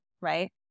right